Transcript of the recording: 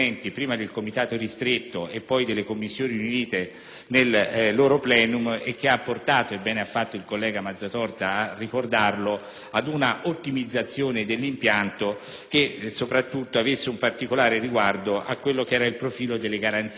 nel loro *plenum*), che ha portato - ben ha fatto il collega Mazzatorta a ricordarlo - ad un'ottimizzazione dell'impianto affinché si avesse un particolare riguardo al profilo delle garanzie, avendo realizzato da questo punto di vista un